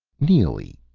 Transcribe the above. neely,